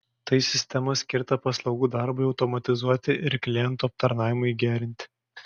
tai sistema skirta paslaugų darbui automatizuoti ir klientų aptarnavimui gerinti